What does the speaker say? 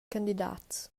candidats